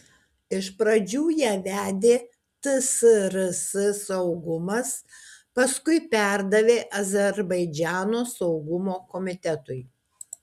iš pradžių ją vedė tsrs saugumas paskui perdavė azerbaidžano saugumo komitetui